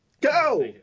Go